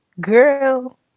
Girl